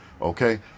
Okay